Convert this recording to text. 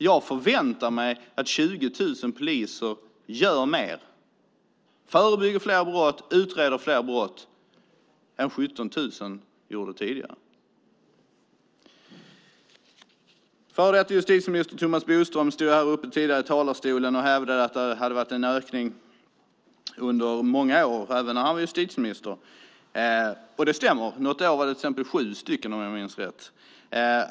Jag förväntar mig att 20 000 poliser gör mer - förebygger fler brott, utreder fler brott - än vad 17 000 gjorde tidigare. Före detta justitieministern Thomas Bodström stod tidigare i talarstolen och hävdade att det hade varit en ökning under många år, även när han var justitieminister. Det stämmer. Något år var det till exempel sju stycken, om jag minns rätt.